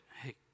hey